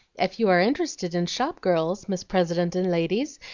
if you are interested in shop-girls, miss president and ladies,